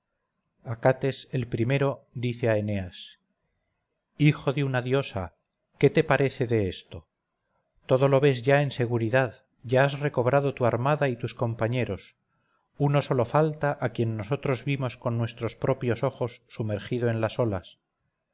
rodeaba acates el primero dice a eneas hijo de una diosa qué te parece de esto todo lo ves ya en seguridad ya has recobrado tu armada y tus compañeros uno sólo falta a quien nosotros vimos con nuestros propios ojos sumergido en las olas